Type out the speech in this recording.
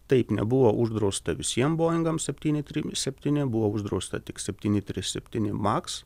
taip nebuvo uždrausta visiems boingams septyni trys septyni buvo uždrausta tik septyni trys septyni maks